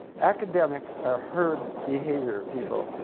academics are herd behavior people,